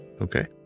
Okay